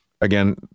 Again